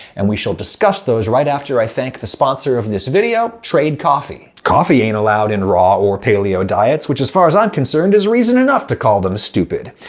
and we shall discuss those right after i thank the sponsor of this video, trade coffee. coffee ain't allowed in raw or paleo diets, which as far as i'm concerned is reason enough to call them stupid.